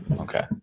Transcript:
Okay